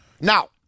Now